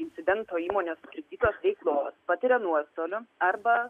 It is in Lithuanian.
incidento įmonės sutrikdytos veiklos patiria nuostolių arba